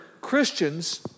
Christians